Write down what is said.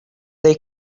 they